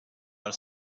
per